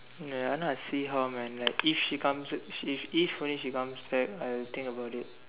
ya I know I see how man like if she comes if only she comes back I'll think about it